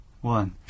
one